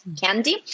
candy